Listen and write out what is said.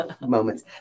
moments